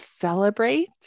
celebrate